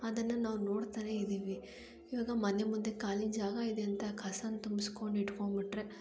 ಅದನ್ನು ನಾವು ನೋಡ್ತಾನೆ ಇದ್ದೀವಿ ಇವಾಗ ಮನೆ ಮುಂದೆ ಖಾಲಿ ಜಾಗ ಇದೆ ಅಂತ ಕಸಾನ ತುಂಬ್ಸ್ಕೊಂಡು ಇಟ್ಕೊಂಬಿಟ್ರೆ